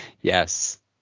Yes